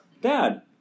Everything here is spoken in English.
Dad